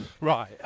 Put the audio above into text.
right